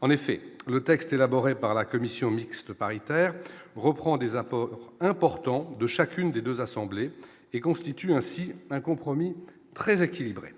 en effet le texte élaboré par la commission mixte paritaire reprend des apports importants de chacune des 2 assemblées et constitue ainsi un compromis très équilibré